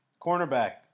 cornerback